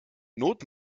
not